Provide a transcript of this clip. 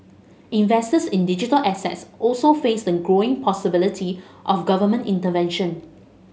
investors in digital assets also face the growing possibility of government intervention